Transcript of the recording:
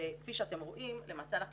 כפי שאתם רואים, למעשה אנחנו